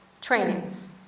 Trainings